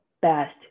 best